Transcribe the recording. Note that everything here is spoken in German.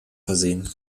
versehen